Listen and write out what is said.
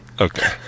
Okay